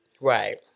Right